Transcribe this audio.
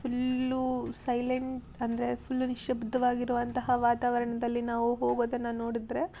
full silent ಅಂದರೆ full ನಿಶ್ಯಬ್ಧವಾಗಿರುವಂತಹ ವಾತವರಣದಲ್ಲಿ ನಾವು ಹೋಗೋದನ್ನ ನೋಡಿದರೆ